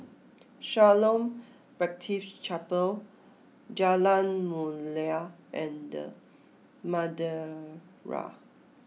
Shalom Baptist Chapel Jalan Mulia and Madeira